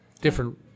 different